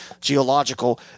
geological